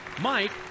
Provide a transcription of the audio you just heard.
Mike